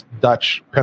Dutch